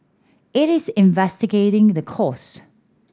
it is investigating the cause